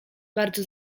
bardzo